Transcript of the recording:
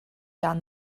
down